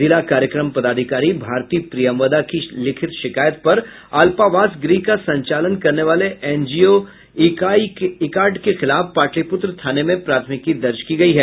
जिला कार्यक्रम पदाधिकारी भारती प्रियंवदा की लिखित शिकायत पर अल्पावास गृह का संचालन करने वाले एनजीओ इकार्ड के खिलाफ पाटलिपुत्र थाने में प्राथमिकी दर्ज की गयी है